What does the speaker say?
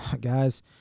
guys